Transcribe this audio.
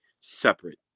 separate